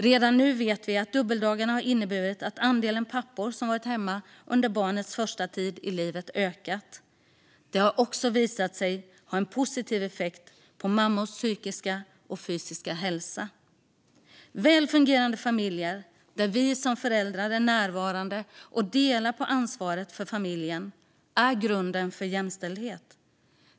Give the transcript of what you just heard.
Redan nu vet vi att dubbeldagarna har inneburit att andelen pappor som varit hemma under barnets första tid i livet ökat. Det har också visat sig ha en positiv effekt på mammors psykiska och fysiska hälsa. Väl fungerande familjer där vi föräldrar är närvarande och delar på ansvaret för familjen är grunden för jämställdhet.